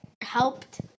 helped